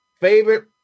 Favorite